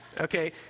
okay